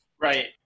Right